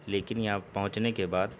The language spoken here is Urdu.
لیکن یہاں پہنچنے کے بعد